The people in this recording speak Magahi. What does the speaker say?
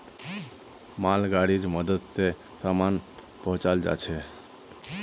मालगाड़ीर मदद स सामान पहुचाल जाछेक